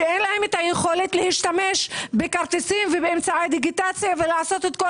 שאין להם היכולת להשתמש בכרטיסים ובאמצעי דיגיטציה ולעשות את כל